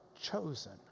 chosen